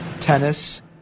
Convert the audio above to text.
tennis